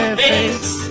face